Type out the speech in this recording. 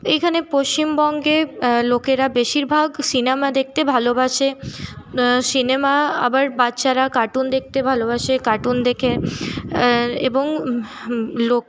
এইখানে পশ্চিমবঙ্গে লোকেরা বেশিরভাগ সিনেমা দেখতে ভালোবাসে সিনেমা আবার বাচ্চারা কার্টুন দেখতে ভালোবাসে কার্টুন দেখে এবং লোকে